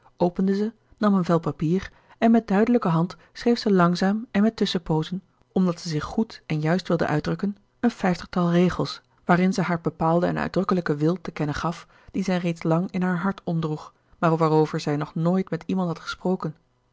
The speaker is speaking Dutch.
opende ze nam een vel papier en met duidelijke hand schreef ze langzaam en met tusschenpoozen omdat zij zich goed en juist wilde uitdrukken een vijftigtal regels waarin zij haar bepaalden en uitdrukkelijken wil te kennen gaf dien zij reeds lang in haar hart omdroeg maar waarover zij nog nooit met iemand had gesproken